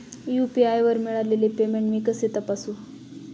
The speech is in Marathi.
यू.पी.आय वर मिळालेले पेमेंट मी कसे तपासू?